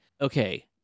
okay